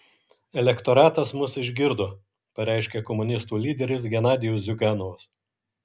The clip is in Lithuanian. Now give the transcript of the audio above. elektoratas mus išgirdo pareiškė komunistų lyderis genadijus ziuganovas